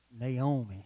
Naomi